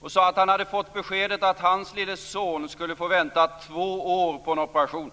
och sade att han hade fått beskedet att hans lille son skulle få vänta två år på en operation.